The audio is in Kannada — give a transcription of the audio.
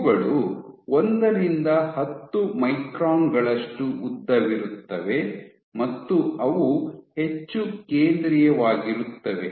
ಇವುಗಳು ಒಂದರಿಂದ ಹತ್ತು ಮೈಕ್ರಾನ್ ಗಳಷ್ಟು ಉದ್ದವಿರುತ್ತವೆ ಮತ್ತು ಅವು ಹೆಚ್ಚು ಕೇಂದ್ರೀಯವಾಗಿರುತ್ತವೆ